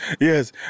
Yes